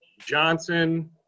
Johnson